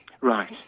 Right